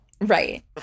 Right